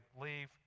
leave